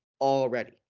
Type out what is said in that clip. already